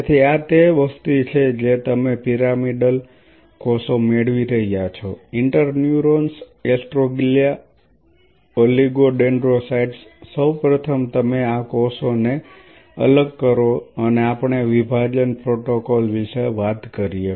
તેથી આ તે વસ્તી છે જે તમે પિરામિડલ કોષો મેળવી રહ્યા છો ઇન્ટર્ન્યુરોન્સ એસ્ટ્રોગલિયા ઓલિગોડેન્ડ્રોસાઇટ સૌ પ્રથમ તમે આ કોષોને અલગ કરો અને આપણે વિભાજન પ્રોટોકોલ વિશે વાત કરીએ